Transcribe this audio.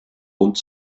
und